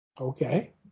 Okay